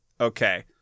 Okay